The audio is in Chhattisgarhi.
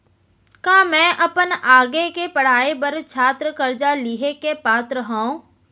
का मै अपन आगे के पढ़ाई बर छात्र कर्जा लिहे के पात्र हव?